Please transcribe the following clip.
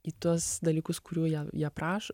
į tuos dalykus kurių jie jie praš